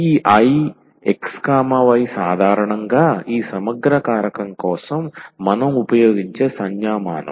ఈ I xy సాధారణంగా ఈ సమగ్ర కారకం కోసం మనం ఉపయోగించే సంజ్ఞామానం